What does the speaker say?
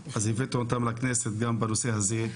אז הבאתי אותם לכנסת גם בנושא הזה.